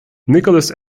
nicolas